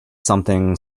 something